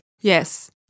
Yes